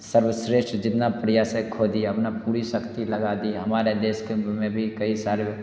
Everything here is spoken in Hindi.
सर्वश्रेष्ठ जितना प्रयास है खो दिया अपना पूरी सकती लगा दी हमारे देश के में भी कई सारे